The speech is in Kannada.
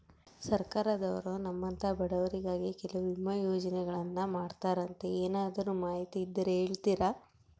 ಸರ್ಕಾರದವರು ನಮ್ಮಂಥ ಬಡವರಿಗಾಗಿ ಕೆಲವು ವಿಮಾ ಯೋಜನೆಗಳನ್ನ ಮಾಡ್ತಾರಂತೆ ಏನಾದರೂ ಮಾಹಿತಿ ಇದ್ದರೆ ಹೇಳ್ತೇರಾ?